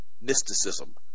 mysticism